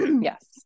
yes